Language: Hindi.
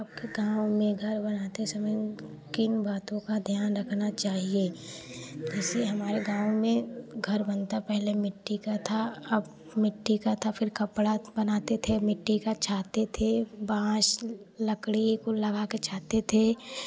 गाँव में घर बनाते समय किन बातों का ध्यान रखना चाहिए जैसे हमारे गाँव में घर बनता पहले मिट्टी का था अब मिट्टी का था फ़िर खपड़ा बनाते थे मिट्टी का छाते थे बांस लकड़ी को लगाकर छाते थे